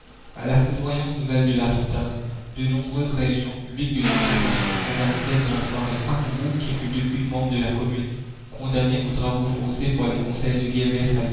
la foudroyante nouvelle de l'attentat de nombreuses réunions publiques de protestation s'organisèrent dans la soirée amouroux qui fut la commune depuis membre de la commune condamné aux travaux forcés par les conseils de